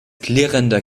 klirrender